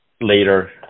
later